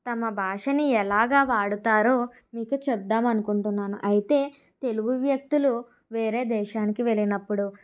తమ భాషని ఎలాగా వాడతారో మీకు చెబుదామనుకుంటున్నాను అయితే తెలుగు వ్యక్తులు వేరే దేశానికి వెళ్ళినప్పుడు